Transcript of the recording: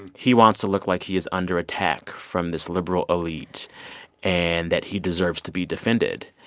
and he wants to look like he is under attack from this liberal elite and that he deserves to be defended.